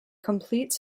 complete